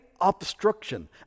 obstruction